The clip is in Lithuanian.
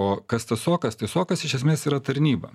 o kas tas sokas tai sokas iš esmės yra tarnyba